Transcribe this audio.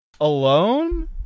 alone